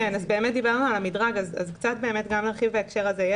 כן, דיברנו על המדרג ונרחיב קצת בהקשר הזה.